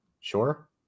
sure